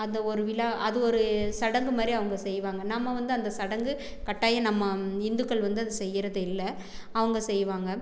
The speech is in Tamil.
அந்த ஒரு விழா அது ஒரு சடங்கு மாதிரி அவங்க செய்வாங்க நம்ம வந்து அந்த சடங்கு கட்டாயம் நம்ம இந்துக்கள் வந்து அது செய்கிறது இல்லை அவங்க செய்வாங்க